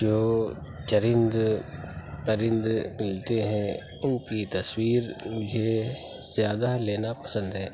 جو چرند پرند ملتے ہیں ان کی تصویر مجھے زیادہ لینا پسند ہے